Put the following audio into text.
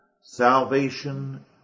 Salvation